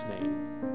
name